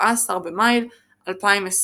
17 במאי 2020